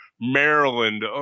Maryland